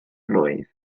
blwydd